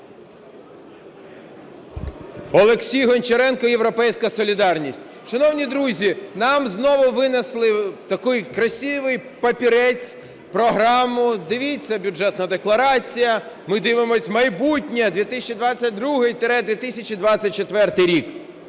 Олексій Гончаренко, "Європейська солідарність". Шановні друзі, нам знову винесли такий красивий папірець – програму: дивіться, Бюджетна декларацію, ми дивимось в майбутнє, 2022-2024 рік.